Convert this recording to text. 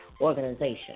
organization